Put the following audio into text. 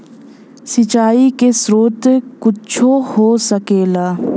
सिंचाइ के स्रोत कुच्छो हो सकेला